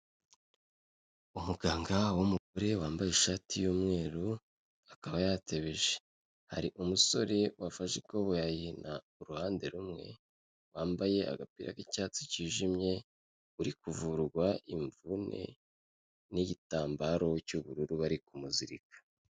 Umuganga w'umugore wambaye ishati y'umweru akaba yatebeje, hari umusore wafashe ikoboyi ayihina uruhande rumwe, wambaye agapira k'icyatsi kijimye uri kuvurwa imvune n'igitambaro cy'ubururu bari kumuzirika.